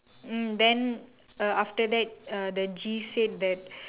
hmm uh then after that uh the G said that